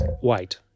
white